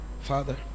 Father